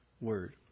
word